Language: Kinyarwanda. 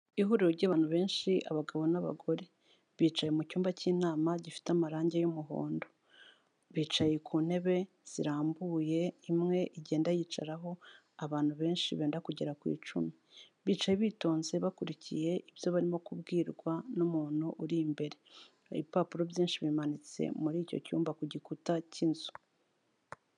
Ihuriro ry'abantu benshi abagabo n'abagore. Bicaye mu cyumba cy'inama gifite amarangi y'umuhondo. Bicaye ku ntebe zirambuye imwe igenda yicaraho abantu benshi benda kugera ku icumi. Bicaye bitonze bakurikiye ibyo barimo kubwirwa n'umuntu uri imbere. Ibipapuro byinshi bimanitse muri icyo cyumba ku gikuta cy'inzu.